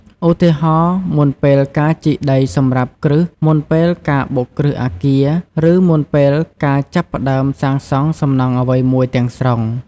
ឧទាហរណ៍ មុនពេលការជីកដីសម្រាប់គ្រឹះ មុនពេលការបុកគ្រឹះអាគារ ឬមុនពេលការចាប់ផ្តើមសាងសង់សំណង់អ្វីមួយទាំងស្រុង។